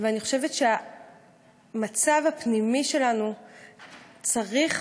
אני חושבת שהמצב הפנימי שלנו צריך,